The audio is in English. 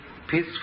peaceful